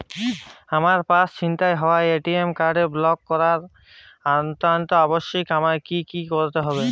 আমার পার্স ছিনতাই হওয়ায় এ.টি.এম কার্ডটি ব্লক করা অত্যন্ত আবশ্যিক আমায় কী কী করতে হবে?